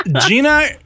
Gina